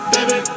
Baby